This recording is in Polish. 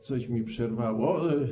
Coś mi przerwało.